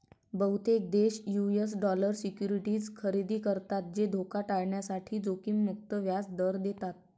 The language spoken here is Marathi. बहुतेक देश यू.एस डॉलर सिक्युरिटीज खरेदी करतात जे धोका टाळण्यासाठी जोखीम मुक्त व्याज दर देतात